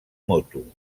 moto